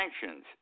sanctions